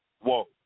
whoa